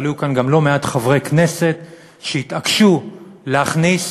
אבל היו כאן גם לא מעט חברי כנסת שהתעקשו להכניס